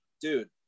Dude